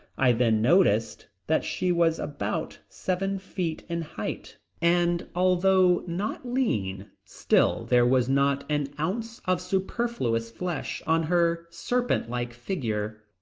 i then noticed that she was about seven feet in height and although not lean still there was not an ounce of superfluous flesh on her serpent-like figure.